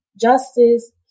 justice